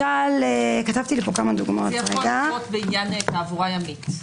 זה יכול לקרות בעניין תעבורה ימית.